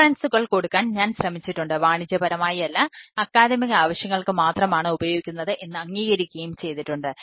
റഫറൻസുകൾ ആവശ്യങ്ങൾക്ക് മാത്രം ആണ് ഉപയോഗിക്കുന്നത് എന്ന് അംഗീകരിക്കുകയും ചെയ്തിട്ടുണ്ട്